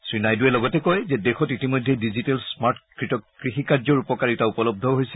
শ্ৰীনাইড়ৱে লগতে কয় যে দেশত ইতিমধ্যে ডিজিটেল স্মাৰ্ট কৃষিকাৰ্য্যৰ উপকাৰিতা উপলব্ধ হৈছে